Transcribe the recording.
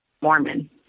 Mormon